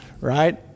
right